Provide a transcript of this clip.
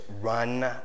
run